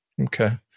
Okay